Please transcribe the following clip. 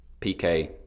PK